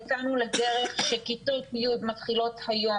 יצאנו לדרך כשכיתות י' מתחילות היום